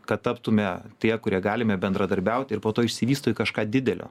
kad taptume tie kurie galime bendradarbiauti ir po to išsivysto į kažką didelio